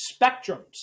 spectrums